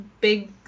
big